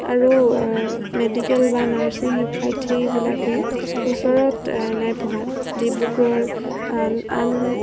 আৰু মেডিকেল বা নাৰ্ছিং শিক্ষাৰ্থীবিলাকে ওচৰত নাই পঢ়া ডিব্ৰুগড়ৰ আন আন